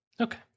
Okay